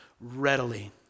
readily